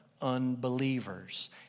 unbelievers